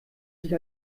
sich